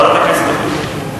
ועדת הכנסת תחליט.